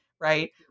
right